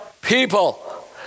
people